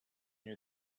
near